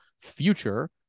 future